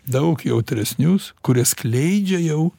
daug jautresnius kurie skleidžia jau